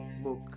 book